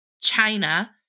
China